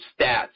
stats